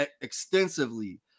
extensively